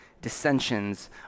dissensions